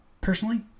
Personally